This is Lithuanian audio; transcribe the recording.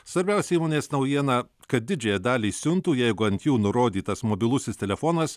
svarbiausia įmonės naujiena kad didžiąją dalį siuntų jeigu ant jų nurodytas mobilusis telefonas